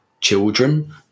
children